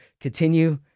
continue